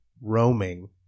roaming